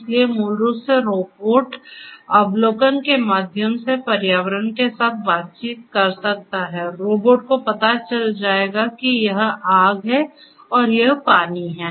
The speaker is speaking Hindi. इसलिए मूल रूप से रोबोट अवलोकन के माध्यम से पर्यावरण के साथ बातचीत कर सकता है रोबोट को पता चल जाएगा कि यह आग है और यह पानी है